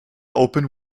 open